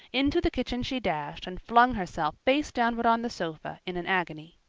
into the kitchen she dashed and flung herself face downward on the sofa in an agony.